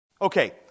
Okay